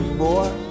boy